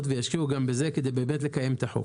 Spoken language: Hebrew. וישקיעו גם בזה כדי באמת לקיים את החוק.